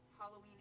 Halloween